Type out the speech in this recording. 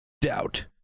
Doubt